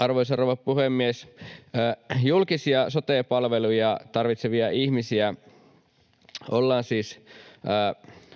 Arvoisa rouva puhemies! Julkisia sote-palveluja tarvitsevia ihmisiä ollaan siis